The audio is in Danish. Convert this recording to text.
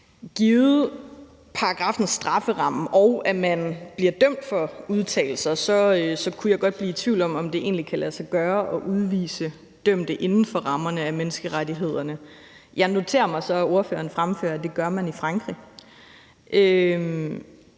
givet, at man bliver dømt for udtalelser – kunne jeg godt blive i tvivl om, om det egentlig kan lade sig gøre at udvise dømte inden for rammerne af menneskerettighederne. Jeg noterer mig så, at ordføreren fremfører, at det gør man i Frankrig.